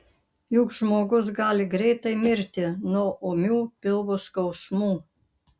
juk žmogus gali greitai mirti nuo ūmių pilvo skausmų